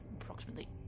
approximately